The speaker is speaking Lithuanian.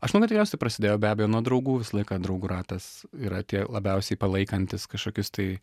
aš manau tikriausiai prasidėjo be abejo nuo draugų visą laiką draugų ratas yra tie labiausiai palaikantys kažkokius tai